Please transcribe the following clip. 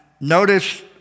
notice